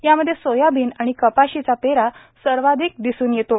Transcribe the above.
यामध्ये सोयाबीन आणि कपाशीचा पेरा सर्वाधिक दिसून येतो